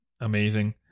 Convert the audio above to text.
amazing